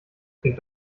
klingt